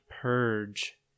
purge